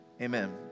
amen